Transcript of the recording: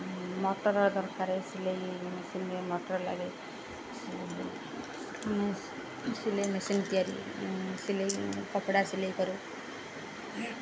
motor ଦରକାରେ ସିଲେଇ ମେସିନରେ ମୋଟର ଲାଗେ ସିଲେଇ ମେସିନ୍ ତିଆରି ସିଲେଇ କପଡ଼ା ସିଲେଇ କରୁ